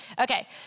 Okay